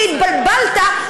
כי "התבלבלת",